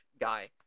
guy